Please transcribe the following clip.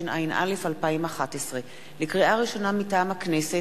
התשע”א 2011. לקריאה ראשונה, מטעם הכנסת: